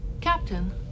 Captain